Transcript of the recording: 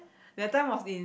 that time was in